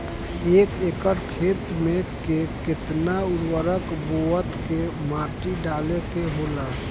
एक एकड़ खेत में के केतना उर्वरक बोअत के माटी डाले के होला?